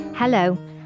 Hello